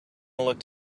looked